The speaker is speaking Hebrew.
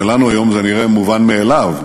שלנו היום הוא נראה מובן מאליו,